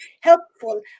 helpful